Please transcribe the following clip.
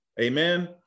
Amen